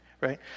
right